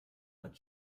hat